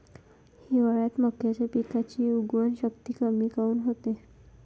हिवाळ्यात मक्याच्या पिकाची उगवन शक्ती कमी काऊन होते?